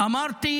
אמרתי